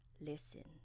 listen